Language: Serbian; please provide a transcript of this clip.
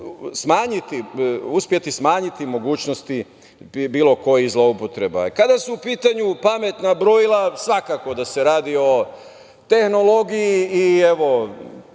moći smanjiti mogućnosti bilo kojih zloupotreba. Kada su u pitanju pametna brojila, svakako da se radi o tehnologiji.